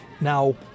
Now